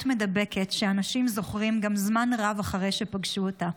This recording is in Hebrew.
מידבקת שאנשים זוכרים גם זמן רב אחרי שפגשו אותה,